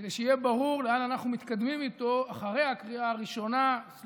כדי שיהיה ברור לאן אנחנו מתקדמים איתו אחרי הקריאה הראשונה/טרומית,